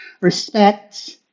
respect